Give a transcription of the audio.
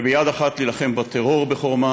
וביד אחת להילחם בטרור בחורמה,